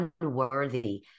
unworthy